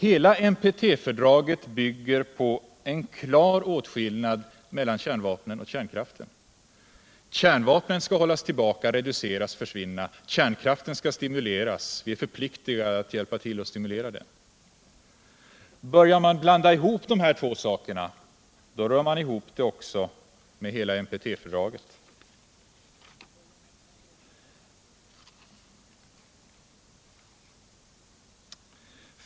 Hela NPT-fördraget bygger på en klar åtskillnad mellan kärnvapnen och kärnkraften. Kärnvapnen skall hållas tillbaka, reduceras i antal och försvinna, men kärnkraften skall stimuleras. Vi är förpliktade att hjälpa till att stimulera den. Börjar man blanda ihop de här två sakerna, rör man också ihop det när det gäller hela NPT-fördraget.